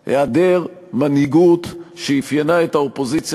היעדר מנהיגות שאפיין את האופוזיציה